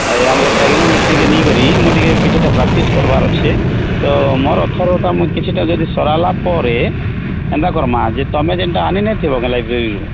ଆଉ ଆମର ଟ୍ରାଇଗୋନମେଟ୍ରିରୁ ନେଇ କରି ମୁଁ ଟିକେ କିଛି ଟା ପ୍ରାକଟିସ୍ କରବାର ଅଛେ ତ ମୋର ଅଫର୍ଟା ମୁଁ କିଛି ଟା ଯଦି ସରେଇଲା ପରେ ଏନ୍ତା କରମା ଯେ ତମେ ଯେନ୍ତା ଆନିନେଇ ଥିବ କେ ଲାଇବ୍ରେରୀରୁ